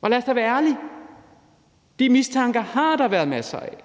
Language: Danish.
Og lad os da være ærlige og sige, at de mistanker har der været masser af.